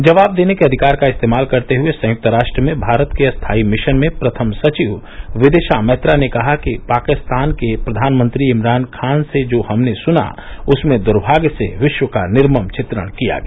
जवाब देने के अधिकार का इस्तेमाल करते हए संयुक्त राष्ट्र में भारत के स्थायी मिशन में प्रथम सचिव विदिशा मैत्रा ने कहा कि पाकिस्तान के प्रधानमंत्री इमरान खान से जो हमने सुना उसमें दुर्भाग्य से विश्व का निर्मम चित्रण किया गया